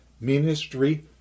Ministry